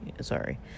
sorry